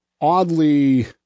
oddly